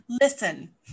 listen